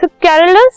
Carolus